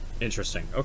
Interesting